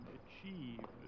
achieve